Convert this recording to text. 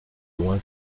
loin